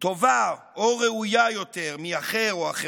טובה או ראויה יותר מאחר או אחרות,